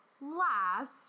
last